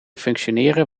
functioneren